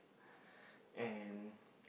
and